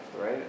right